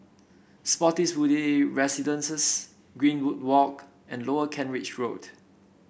Spottiswoode Residences Greenwood Walk and Lower Kent Ridge Road